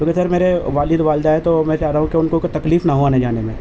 کیونکہ سر میرے والد والدہ ہیں تو میں چاہ رہا ہوں کہ ان کو کوئی تکلیف نہ ہو آنے جانے میں